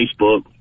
facebook